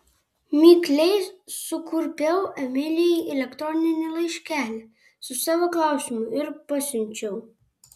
mikliai sukurpiau emilijai elektroninį laiškelį su savo klausimu ir pasiunčiau